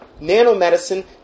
nanomedicine